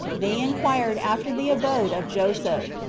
they inquired after the abode of joseph,